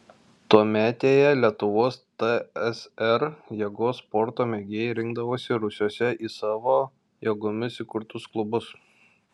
tuometėje lietuvos tsr jėgos sporto mėgėjai rinkdavosi rūsiuose į savo jėgomis įkurtus klubus